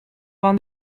vain